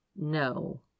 no